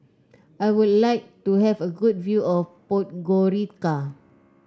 I would like to have a good view of Podgorica